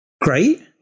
great